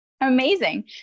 Amazing